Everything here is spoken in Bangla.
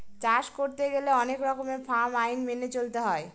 চাষ করতে গেলে অনেক রকমের ফার্ম আইন মেনে চলতে হয়